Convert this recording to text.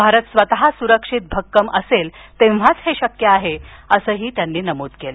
भारत स्वतः सुरक्षित भक्कम असेल तेव्हाच हे शक्य आहे असं त्यांनी नमूद केलं